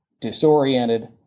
disoriented